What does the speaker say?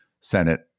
Senate